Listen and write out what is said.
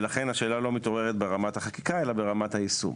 לכן השאלה לא מתעוררת ברמת החקיקה אלא ברמת היישום.